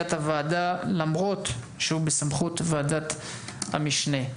למרות שהוא בסמכות ועדת המשנה.